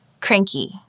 cranky